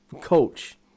coach